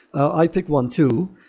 i pick one too,